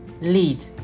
lead